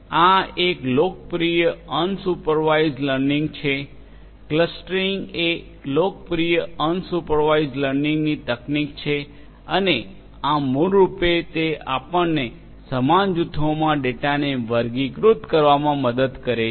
આ એક લોકપ્રિય અનસુપરવાઇઝડ લર્નિંગ છે ક્લસ્ટરીંગ એ લોકપ્રિય અનસુપરવાઇઝડ લર્નિંગની તકનીક છે અને આ મૂળરૂપે તે આપણને સમાન જૂથોમાં ડેટાને વર્ગીકૃત કરવામાં મદદ કરે છે